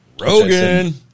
Rogan